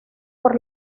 por